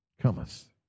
cometh